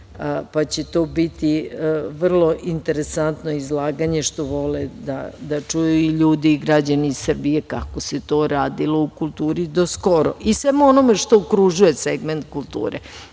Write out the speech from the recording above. pa će to biti vrlo interesantno izlaganje, što vole da čuju i ljudi građani Srbije kako se to radilo u kulturi do skoro. Samo o onome što okružuje segment kulture,